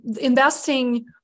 investing